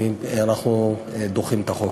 אנחנו דוחים את החוק.